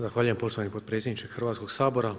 Zahvaljujem poštovani potpredsjedniče Hrvatskog sabora.